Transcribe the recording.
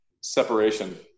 separation